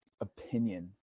opinion